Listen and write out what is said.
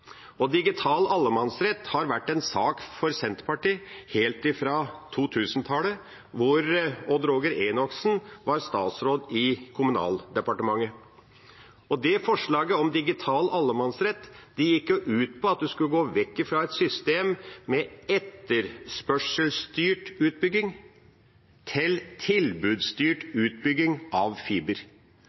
Digital allemannsrett har vært en sak for Senterpartiet helt fra 2000-tallet, da Odd Roger Enoksen var statsråd i Kommunaldepartementet. Forslaget om digital allemannsrett gikk ut på at en skulle gå vekk fra et system med etterspørselsstyrt utbygging til tilbudsstyrt utbygging av fiber.